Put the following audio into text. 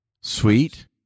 sweet